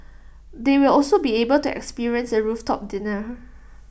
they will also be able to experience A rooftop dinner